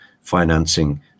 financing